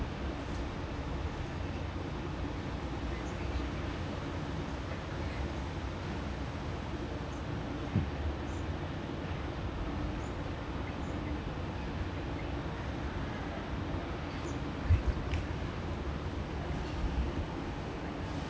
mm